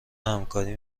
همکاری